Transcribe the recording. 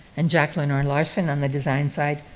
and jack lenor larson, on the design side.